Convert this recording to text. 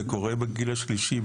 זה קורה בדרך כלל בגיל השלישי.